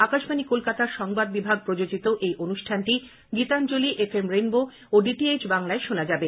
আকাশবাণী কলকাতার সংবাদ বিভাগ প্রযোজিত এই অনুষ্ঠানটি গীতাঞ্জলি এফ এম রেনবো ও ডি টি এইচ বাংলায় শোনা যাবে